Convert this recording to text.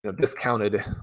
discounted